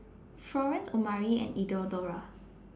Florence Omari and Eleonora